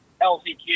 LCQ